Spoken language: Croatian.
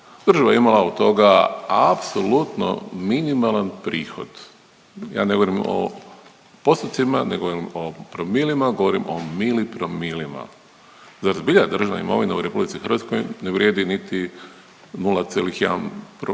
država je imala od toga apsolutno minimalan prihod. Ja ne govorim o postotcima, ne govorim o promilima, govorim o milipromilima. Zar zbilja državna imovinu u RH ne vrijedi niti 0,1% ukupnosti